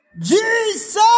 Jesus